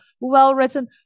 well-written